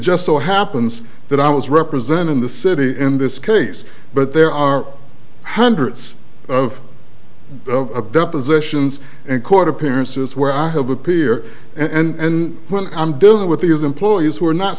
just so happens that i was representing the city in this case but there are hundreds of depositions and court appearances where i have a peer and when i'm dealing with these employees who are not